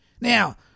Now